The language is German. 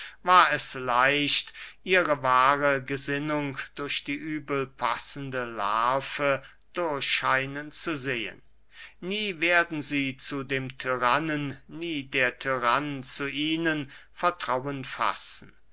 war es leicht ihre wahre gesinnung durch die übel passende larve durchscheinen zu sehen nie werden sie zu dem tyrannen nie der tyrann zu ihnen vertrauen fassen